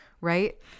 right